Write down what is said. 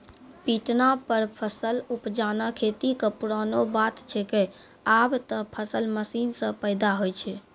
पिटना पर फसल उपजाना खेती कॅ पुरानो बात छैके, आबॅ त फसल मशीन सॅ पैदा होय छै